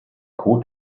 kot